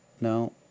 No